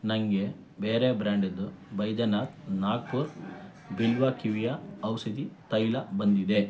ನನಗೆ ಬೇರೆ ಬ್ರ್ಯಾಂಡಿದು ಬೈದ್ಯನಾಥ್ ನಾಗ್ಪುರ್ ಬಿಲ್ವ ಕಿವಿಯ ಔಷಧಿ ತೈಲ ಬಂದಿದೆ